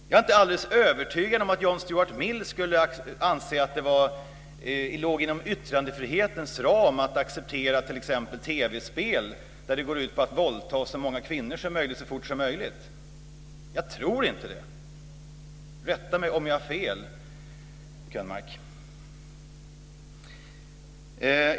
Jag är inte alldeles övertygad om att John Stuart Mill skulle anse att det låg inom yttrandefrihetens ram att acceptera t.ex. TV spel som går ut på att våldta så många kvinnor som möjligt så fort som möjligt. Jag tror inte det. Rätta mig om jag har fel, Bo Könberg.